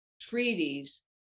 treaties